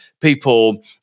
people